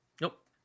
Nope